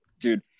dude